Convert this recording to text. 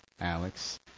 Alex